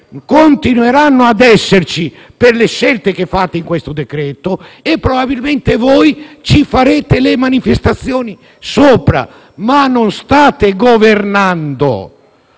continueranno ad esserci proprio per le scelte che fate in questo decreto-legge e probabilmente voi ci farete le manifestazioni sopra; ma non state governando,